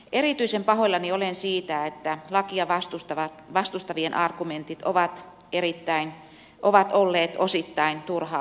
erityisen pahoillani olen siitä että lakia vastustavien argumentit ovat olleet osittain turhaa pelottelua